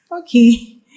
Okay